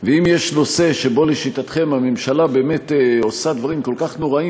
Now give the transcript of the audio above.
ואם יש נושא שבו לשיטתכם הממשלה באמת עושה דברים כל כך נוראיים,